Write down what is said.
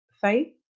faith